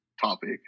topic